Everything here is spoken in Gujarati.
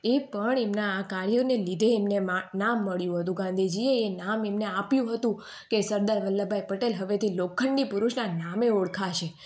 એ પણ એમના આ કાર્યને લીધે એમને મા નામ મળ્યું હતું ગાંધીજીએ એ નામ એમને આપ્યું હતું કે સરદાર વલ્લભભાઈ પટેલ હવેથી લોખંડી પુરુષના નામે ઓળખાશે